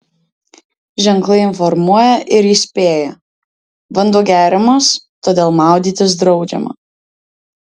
ženklai informuoja ir įspėja vanduo geriamas todėl maudytis draudžiama